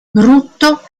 brutto